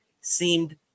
seemed